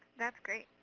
that's great.